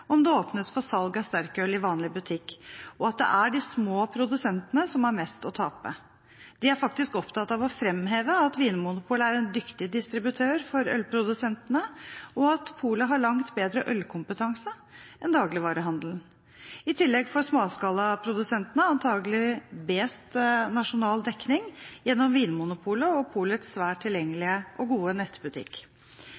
om det åpnes for salg av sterkøl i vanlig butikk, og at det er de små produsentene som har mest å tape. De er faktisk opptatt av å fremheve at Vinmonopolet er en dyktig distributør for ølprodusentene, og at polet har langt bedre ølkompetanse enn dagligvarehandelen. I tillegg får småskalaprodusentene antakelig best nasjonal dekning gjennom Vinmonopolet og polets svært